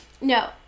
No